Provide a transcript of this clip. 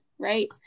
Right